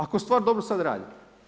Ako stvar dobro sada radi.